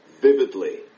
vividly